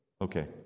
Okay